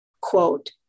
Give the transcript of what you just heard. Quote